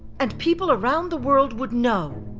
and people around the world would know.